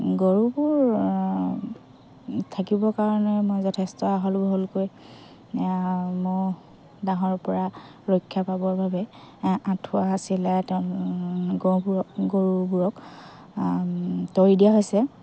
গৰুবোৰ থাকিবৰ কাৰণে মই যথেষ্ট আহল বহলকৈ মহ ডাহৰ পৰা ৰক্ষা পাবৰ বাবে আঁঠুৱা চিলাই তেওঁ গৰুবোৰক গৰুবোৰক তৰি দিয়া হৈছে